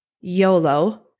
YOLO